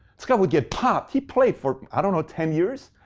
this guy would get popped. he played for, i don't know, ten years?